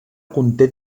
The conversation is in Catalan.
conté